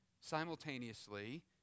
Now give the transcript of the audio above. simultaneously